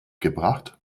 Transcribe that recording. gebracht